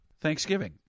Thanksgiving